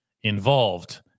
involved